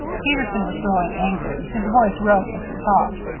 peterson was growing angry. his voice rose as he talked.